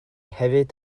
hefyd